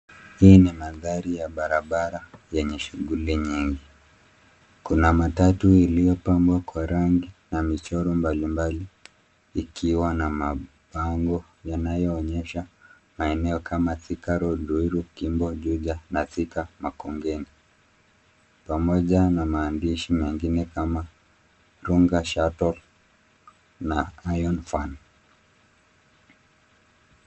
Hii ni mandhari ya barabara yenye shughuli nyingi, kuna matatu iliyopabwa kwa rangi na michoro mbali mbali ikiwa na mabango yanayoonyesha maeno kama Thika Road, Ruiru, Kimbo, Juja na Thika Makongeni pamoja na maandishi mengine kama Runga Shuttle na Iron Fan